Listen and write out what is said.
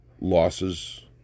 losses